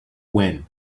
when